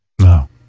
No